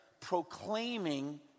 proclaiming